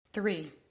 Three